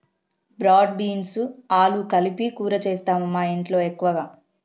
broad beans ఆలు కలిపి కూర చేస్తాము మాఇంట్లో ఎక్కువగా